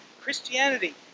Christianity